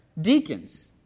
deacons